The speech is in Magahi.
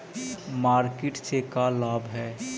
मार्किट से का लाभ है?